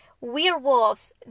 werewolves